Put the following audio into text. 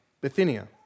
Bithynia